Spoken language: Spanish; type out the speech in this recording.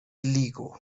higo